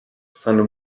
saint